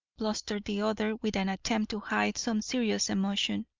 blustered the other with an attempt to hide some serious emotion.